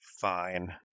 fine